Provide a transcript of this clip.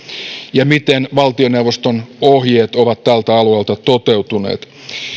ja sen miten valtioneuvoston ohjeet ovat tällä alueella toteutuneet